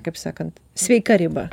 kaip sakant sveika riba